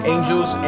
Angels